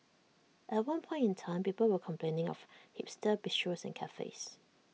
at one point in time people were complaining of hipster bistros and cafes